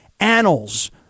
annals